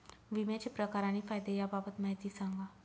विम्याचे प्रकार आणि फायदे याबाबत माहिती सांगा